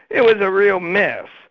it was a real mess.